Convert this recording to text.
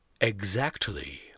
Exactly